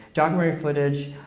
documentary footage,